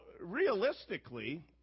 realistically